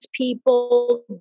people